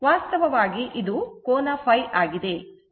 ವಾಸ್ತವವಾಗಿ ಇದು ಕೋನ ϕ ಆಗಿದೆ